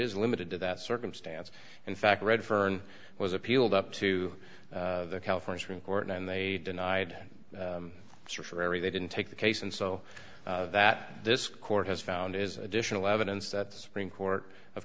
is limited to that circumstance in fact redfern was appealed up to the california supreme court and they denied her for every they didn't take the case and so that this court has found is additional evidence that the supreme court of